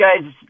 guys –